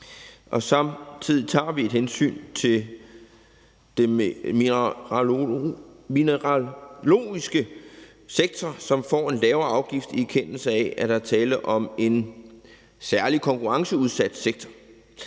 Samtidig tager vi et hensyn til den mineralogiske sektor, som får en lavere afgift, i erkendelse af at der er tale om en særlig konkurrenceudsat sektor.